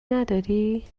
نداری